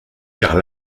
car